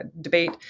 debate